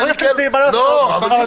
לא מכניסים, מה לעשות?